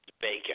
bacon